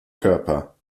körper